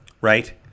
right